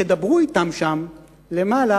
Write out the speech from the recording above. תדברו אתם שם למעלה,